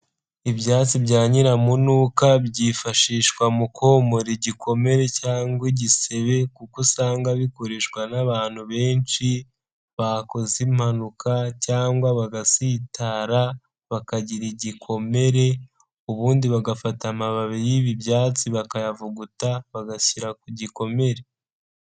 Ibyatsi bya nyiramunuka byifashishwa mu komora igikomere cyangwa igisebe kuko usanga bikoreshwa n'abantu benshi bakozemanuka cyangwa bagasitara bakagira igikomere ubundi bagafata amababi y'ibi ibyatsi bakayavuguta bagashyira ku gikomere.